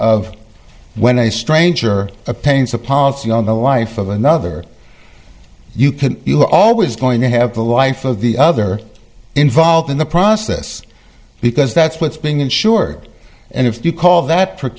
of when a stranger attains a policy on the life of another you can you're always going to have the life of the other involved in the process because that's what's being insured and if you call that